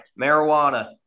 marijuana